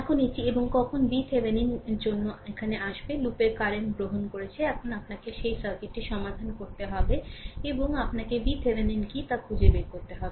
এখন এটি এবং কখন VThevenin জন্য এখানে আসবে লুপের কারেন্ট গ্রহণ করেছে এবং আপনাকে এই সার্কিটটি সমাধান করতে হবে এবং আপনাকে VThevenin কী তা খুঁজে বের করতে হবে